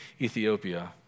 Ethiopia